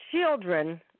children